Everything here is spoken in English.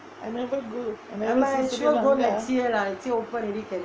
I never go I never see sri lanka